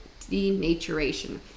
denaturation